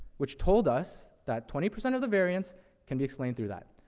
which told us that twenty percent of the variance can be explained through that.